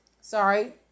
Sorry